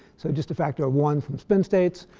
so just a factor of one from spin states,